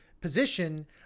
position